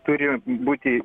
turi būti